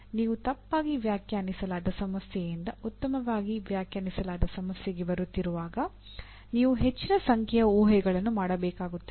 ನೀವು ತಪ್ಪಾಗಿ ವ್ಯಾಖ್ಯಾನಿಸಲಾದ ಸಮಸ್ಯೆಯಿಂದ ಉತ್ತಮವಾಗಿ ವ್ಯಾಖ್ಯಾನಿಸಲಾದ ಸಮಸ್ಯೆಗೆ ಬರುತ್ತಿರುವಾಗ ನೀವು ಹೆಚ್ಚಿನ ಸಂಖ್ಯೆಯ ಊಹೆಗಳನ್ನು ಮಾಡಬೇಕಾಗುತ್ತದೆ